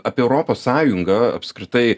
apie europos sąjungą apskritai